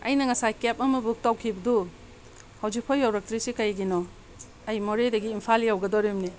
ꯑꯩꯅ ꯉꯁꯥꯏ ꯀꯦꯕ ꯑꯃ ꯕꯨꯛ ꯇꯧꯈꯤꯕꯗꯨ ꯍꯧꯖꯤꯛ ꯐꯥꯎ ꯌꯧꯔꯛꯇ꯭ꯔꯤꯁꯤ ꯀꯔꯤꯒꯤꯅꯣ ꯑꯩ ꯃꯣꯔꯦꯗꯒꯤ ꯏꯝꯐꯥꯜ ꯌꯧꯒꯗꯣꯔꯤꯕꯅꯤ